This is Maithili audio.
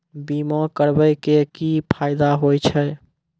बीमा करबै के की फायदा होय छै?